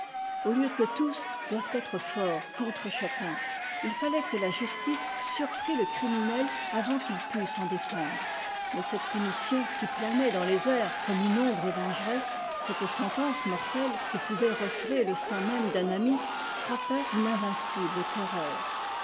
au lieu que tous doivent être forts contre chacun il fallait que la justice surprît le criminel avant qu'il pût s'en défendre mais cette punition qui planait dans les airs comme une ombre vengeresse cette sentence mortelle que pouvait receler le sein même d'un ami frappait d'une invincible terreur